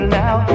now